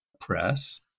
Press